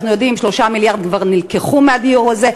אנחנו יודעים, 3 מיליארד כבר נלקחו מהדיור הזה.